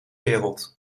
wereld